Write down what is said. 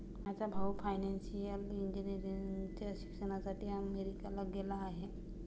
माझा भाऊ फायनान्शियल इंजिनिअरिंगच्या शिक्षणासाठी अमेरिकेला गेला आहे